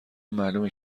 معلومه